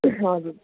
हजुर